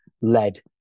led